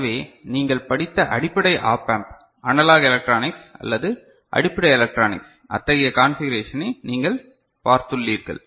எனவே நீங்கள் படித்த அடிப்படை ஆப் ஆம்ப் அனலாக் எலக்ட்ரானிக்ஸ் அல்லது அடிப்படை எலக்ட்ரானிக்ஸ் அத்தகைய கன்பிகுரேஷன் ஐ நீங்கள் பார்த்துள்ளீர்கள்